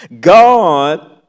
God